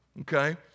okay